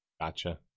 Gotcha